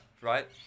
right